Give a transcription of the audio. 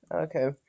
okay